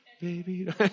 baby